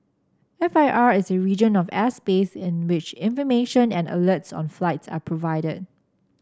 F I R is a region of airspace in which information and alerts on flights are provided